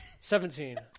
Seventeen